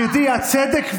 הצדק,